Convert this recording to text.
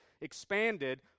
expanded